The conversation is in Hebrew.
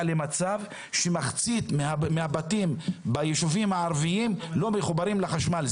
למצב שמחצית מהבתים ביישובים הערביים לא מחוברים לחשמל.